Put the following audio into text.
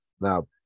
Now